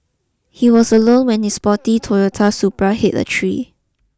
he was alone when his sporty Toyota Supra hit a tree